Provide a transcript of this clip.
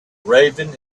raven